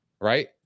Right